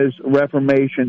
Reformation